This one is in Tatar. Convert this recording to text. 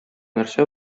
нәрсә